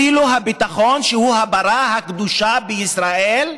אפילו הביטחון, שהוא הפרה הקדושה של ישראל,